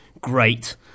great